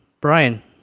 Brian